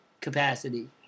capacity